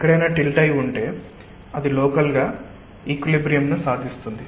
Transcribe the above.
ఎక్కడైనా టిల్ట్ అయి ఉంటే అది లోకల్ గా ఈక్విలిబ్రియమ్ ను సాధిస్తుంది